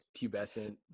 pubescent